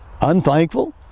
Unthankful